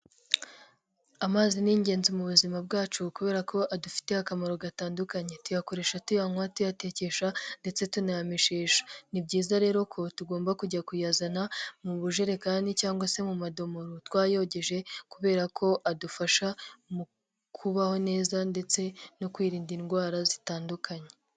Amazi ni ingenzi mu buzima bwacu kubera ko adufitiye akamaro gatandukanye, tuyakoresha tuyaywa, tuyatekesha ndetse tunayameshesha, ni byiza rero ko tugomba kujya kuyazana mu bujerekani cyangwa se mu madomoro, twayogeje kubera ko adufasha mu kubaho neza ndetse no kwirinda indwara zitandukanye.